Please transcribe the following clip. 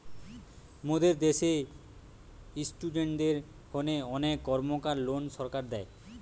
মোদের দ্যাশে ইস্টুডেন্টদের হোনে অনেক কর্মকার লোন সরকার দেয়